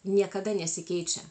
niekada nesikeičia